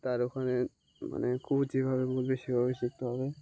তার ওখানে মানে খুব যেভাবে খুব বেশিভাবেই শিখতে হবে